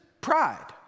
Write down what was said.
pride